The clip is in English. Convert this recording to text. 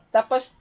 Tapos